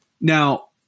Now